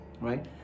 right